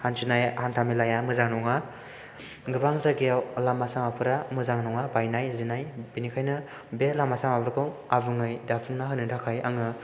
हान्थिनाय हान्था मेलाया मोजां नङा गोबां जायगायाव लामा सामाफोरा मोजां नङा बायनाय जिनाय बेनिखायनो बे लामा सामाफोरखौ आबुङै दाफुंना होनो थाखाय आङो